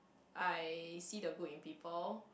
I see the good in people